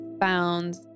found